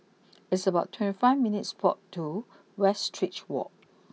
it's about twenty five minutes' walk to Westridge walk